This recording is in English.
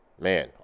man